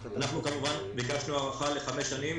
אנחנו ביקשנו הארכה לחמש שנים,